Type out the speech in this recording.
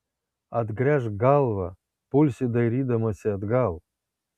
atgręžk galvą pulsi dairydamasi atgal